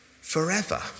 forever